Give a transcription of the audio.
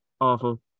Awful